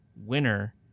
winner